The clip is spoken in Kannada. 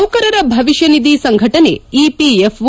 ನೌಕರರ ಭವಿಷ್ಣನಿಧಿ ಸಂಘಟನೆ ಇಪಿಎಫ್ಒ